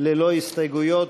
ללא הסתייגויות,